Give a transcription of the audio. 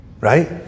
Right